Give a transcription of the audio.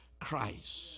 Christ